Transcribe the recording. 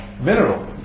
mineral